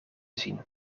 zien